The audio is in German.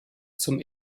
zum